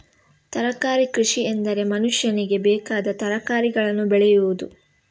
ತರಕಾರಿ ಕೃಷಿಎಂದರೆ ಮನುಷ್ಯನಿಗೆ ಬೇಕಾದ ತರಕಾರಿಗಳನ್ನು ಬೆಳೆಯುವುದು